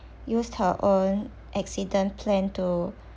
used her own accident plan to